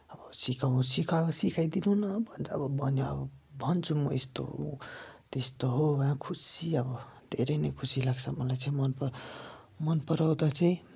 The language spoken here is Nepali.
अब सिकाउ सिका सिकाइदिनुन भन्छ अब भन् भन्छु म यस्तो हो त्यस्तो हो खुसी आबो धेरै नै खुसी लाग्छ मलाई चाहिँ मन पर् मन पराउँदा चाहिँ